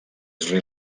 sri